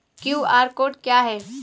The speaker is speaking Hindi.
क्यू.आर कोड क्या है?